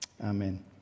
Amen